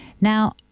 Now